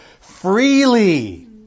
freely